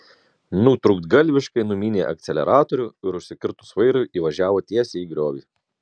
nutrūktgalviškai numynė akceleratorių ir užsikirtus vairui įvažiavo tiesiai į griovį